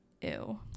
ew